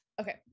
okay